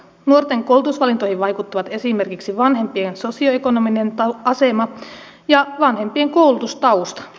nuorten koulutusvalintoihin vaikuttavat esimerkiksi vanhempien sosioekonominen asema ja vanhempien koulutustausta